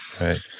Right